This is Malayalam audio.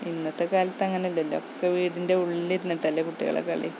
ഇന്നത്തെ കാലത്തങ്ങനല്ലല്ലോ ഇപ്പം വീടിൻറ്റുള്ളിലിരുന്നിട്ടല്ലേ കുട്ടികളെ കളി